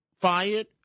fired